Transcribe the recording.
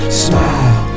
smile